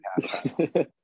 halftime